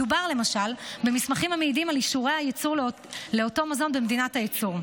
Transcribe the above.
מדובר למשל במסמכים המעידים על אישורי הייצור לאותו מזון במדינת הייצור.